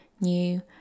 new